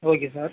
okay sir